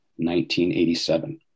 1987